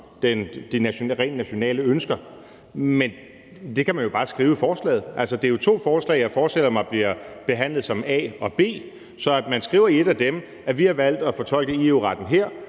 de nationale ønsker begynder. Men det kan man jo bare skrive i forslaget. Det er jo to forslag, som jeg forestiller mig bliver behandlet som forslag A og B. Man kan bare skrive i et af dem, at vi har valgt at fortolke EU-retten her,